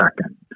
second